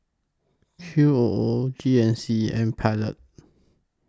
Q O O G N C and Pilot